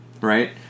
Right